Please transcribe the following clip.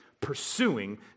pursuing